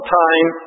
time